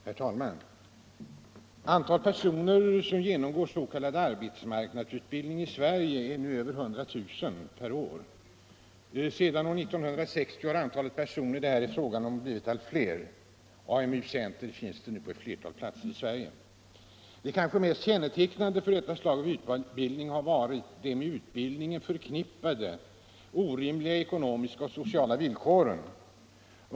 Herr talman! Sedan år 1960 har de personer som genomgår s.k. arbetsmarknadsutbildning i Sverige blivit allt fler, och antalet är nu uppe i över 100 000 per år. AMU-center finns nu på ett flertal platser i Sverige. Det kanske mest kännetecknande för detta slag av utbildning har varit de med utbildningen förknippade orimliga ekonomiska och sociala villkoren.